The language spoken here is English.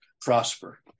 prosper